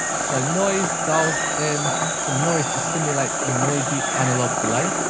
so noise dials in some noise to simulate a noisy analogue delay.